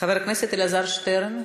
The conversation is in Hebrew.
חבר הכנסת אלעזר שטרן,